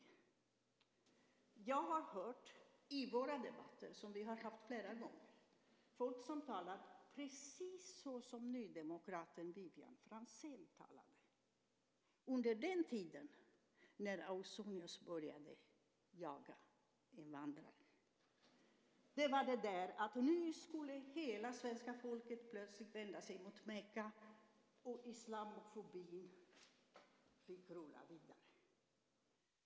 Jag har hört i våra debatter, som vi har haft flera gånger, folk tala precis såsom nydemokraten Vivianne Franzén talade under den tid då Ausonius började jaga invandrare. Nu skulle hela svenska folket plötsligt vända sig mot Mecka, och islamofobin fick rulla vidare.